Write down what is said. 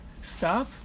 stop